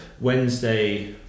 Wednesday